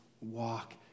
walk